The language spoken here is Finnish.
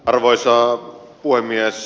arvoisa puhemies